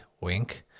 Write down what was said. wink